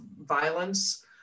violence